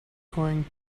going